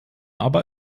aber